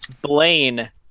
Blaine